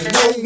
no